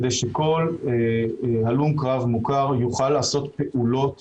כדי שכל הלום קרב מוכר יוכל לעשות פעולות